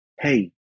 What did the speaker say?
hey